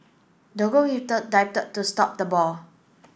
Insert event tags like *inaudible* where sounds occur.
the *unintelligible* dived to stop the ball